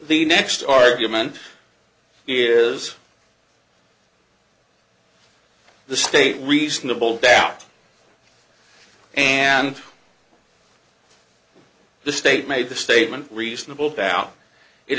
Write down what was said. the next argument here is the state reasonable doubt and the state made the statement reasonable doubt it